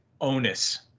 onus